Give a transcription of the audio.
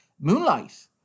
Moonlight